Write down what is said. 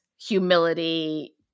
humility